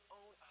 own